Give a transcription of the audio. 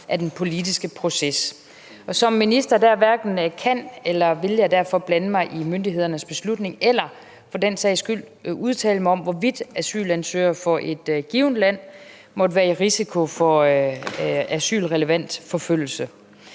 af den politiske proces. Som minister hverken kan eller vil jeg derfor blande mig i myndighedernes beslutning eller for den sags skyld udtale mig om, hvorvidt asylansøgere fra et givent land måtte være i risiko for asylrelevant forfølgelse.